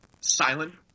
silent